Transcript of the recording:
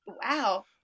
Wow